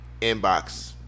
inbox